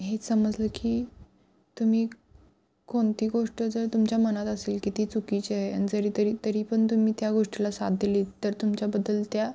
हे समजलं की तुम्ही कोणती गोष्ट जर तुमच्या मनात असेल की ती चुकीची आहे आणि जरी तरी तरी पण तुम्ही त्या गोष्टीला साथ दिली तर तुमच्याबद्दल त्या